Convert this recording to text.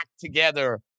together